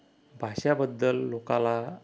भाषाबद्दल लोकाला